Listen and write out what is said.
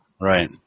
Right